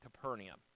Capernaum